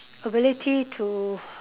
ability to